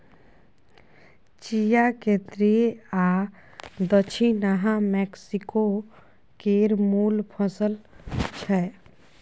चिया केंद्रीय आ दछिनाहा मैक्सिको केर मुल फसल छै